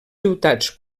ciutats